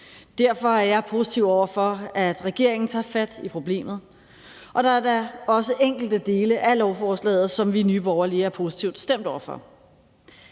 Derfor er jeg positiv over for, at regeringen tager fat i problemet, og der er da også enkelte dele af lovforslaget, som vi i Nye Borgerlige er positivt stemt over for.